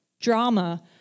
drama